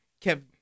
kept